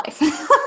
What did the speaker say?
life